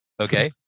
Okay